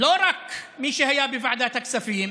לא רק מי שהיה בוועדת הכספים,